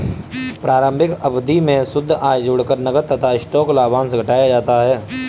प्रारंभिक अवधि में शुद्ध आय जोड़कर नकद तथा स्टॉक लाभांश घटाया जाता है